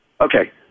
Okay